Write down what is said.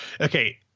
okay